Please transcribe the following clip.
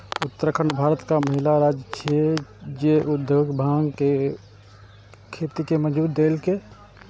उत्तराखंड भारतक पहिल राज्य छियै, जे औद्योगिक भांग के खेती के मंजूरी देलकै